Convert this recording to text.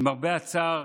למרבה הצער,